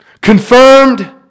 Confirmed